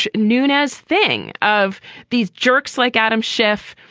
nunez thing of these jerks like adam schiff,